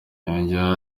yongeyeho